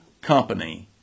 company